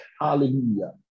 hallelujah